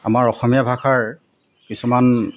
আমাৰ অসমীয়া ভাষাৰ কিছুমান